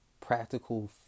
practical